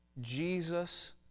Jesus